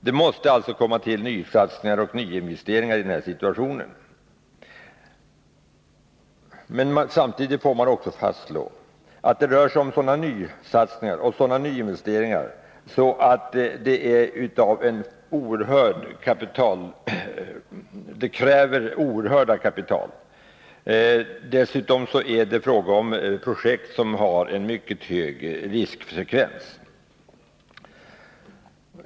Det måste alltså tillkomma nysatsningar och nyinvesteringar i den här situationen. Samtidigt får man fastslå att sådana satsningar och nyinvesteringar kräver oerhört mycket kapital. Dessutom är det fråga om projekt som har en mycket hög riskfrekvens.